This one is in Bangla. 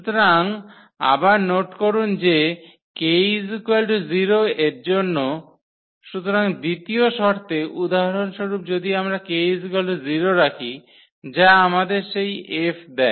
সুতরাং আবার নোট করুন যে 𝑘 0 এর জন্য সুতরাং দ্বিতীয় শর্তে উদাহরণস্বরূপ যদি আমরা 𝑘 0 রাখি যা আমাদের সেই 𝐹 দেয়